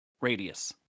radius